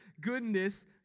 goodness